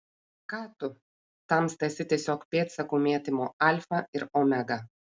ką tu tamsta esi tiesiog pėdsakų mėtymo alfa ir omega